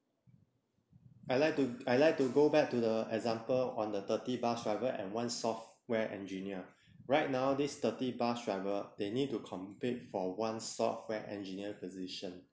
I like to I like to go back to the example on the thirty bus driver and one software engineer right now this thirty bus driver they need to compete for one software engineer position